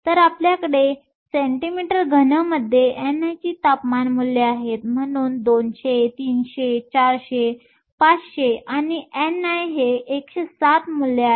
तर आपल्याकडे cm3 मध्ये ni ची तापमान मूल्ये आहेत म्हणून 200 300 400 आणि 500 आणि ni 107 मूल्ये आहेत